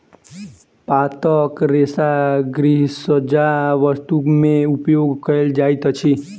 पातक रेशा गृहसज्जा वस्तु में उपयोग कयल जाइत अछि